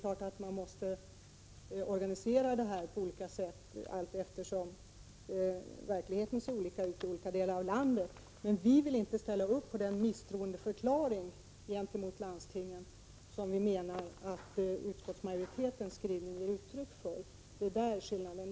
Man måste naturligtvis organisera detta på olika sätt, eftersom verkligheten är olika i olika delar av landet. Men vi vill inte ställa upp på den misstroendeförklaring gentemot landstingen som vi menar att utskottsmajo 125 ritetens skrivning ger uttryck för. Det är där skillnaden ligger.